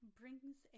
brings